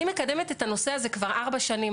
אני מקדמת את הנושא הזה כבר ארבע שנים.